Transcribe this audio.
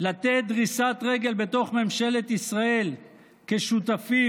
לתת דריסת רגל בתוך ממשלת ישראל כשותפים